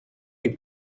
est